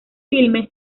filme